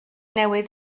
newydd